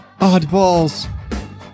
oddballs